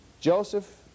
Joseph